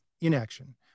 inaction